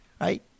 right